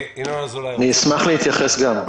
אשמח גם להתייחס.